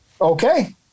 okay